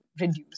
reduce